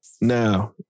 now